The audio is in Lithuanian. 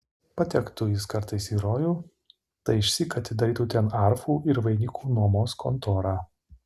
patektų jis kartais į rojų tai išsyk atidarytų ten arfų ir vainikų nuomos kontorą